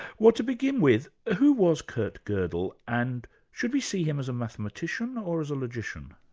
well, to begin with, who was kurt godel and should we see him as a mathematician or as a logician?